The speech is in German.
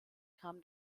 kam